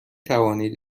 توانید